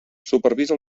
supervisa